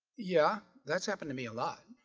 yeah, that's happened to me a lot